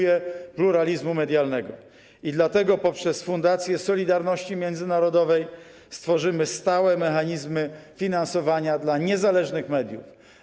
I dlatego poprzez Fundację Solidarności Międzynarodowej stworzymy stałe mechanizmy finansowania dla niezależnych mediów.